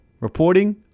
Reporting